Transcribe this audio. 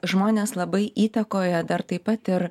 žmones labai įtakoja dar taip pat ir